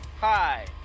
Hi